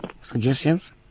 suggestions